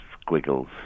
squiggles